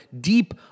deep